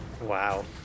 Wow